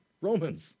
Romans